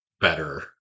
better